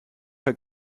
her